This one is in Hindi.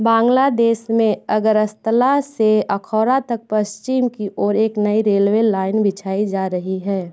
बांग्लादेश में अगरअस्तला से अखौरा तक पश्चिम की ओर एक नई रेलवे लाइन बिछाई जा रही है